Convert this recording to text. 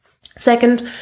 Second